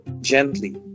gently